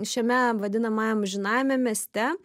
šiame vadinamajam amžinajame mieste